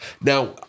Now